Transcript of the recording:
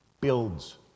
builds